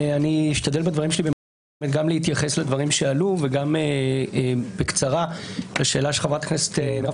אני אשתדל גם להתייחס לדברים שעלו וגם בקצרה לשאלה של חברת הכנסת מירב